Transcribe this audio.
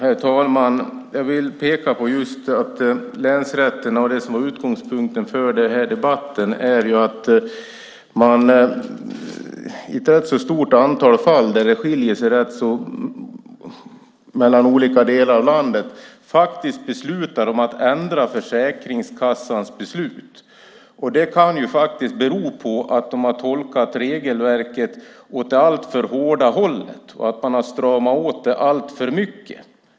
Herr talman! Jag vill peka på länsrätterna som var utgångspunkten för den här debatten. Man beslutar - där är det ett rätt stort antal fall där det skiljer sig mellan olika delar av landet - om att ändra Försäkringskassans beslut. Det kan bero på att de har tolkat regelverket åt det alltför hårda hållet och stramat åt det alltför mycket.